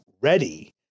ready